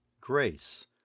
grace